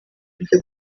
kujya